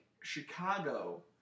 Chicago